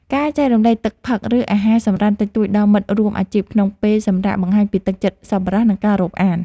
ការចែករំលែកទឹកផឹក ឬអាហារសម្រន់តិចតួចដល់មិត្តរួមអាជីពក្នុងពេលសម្រាកបង្ហាញពីទឹកចិត្តសប្បុរស និងការរាប់អាន។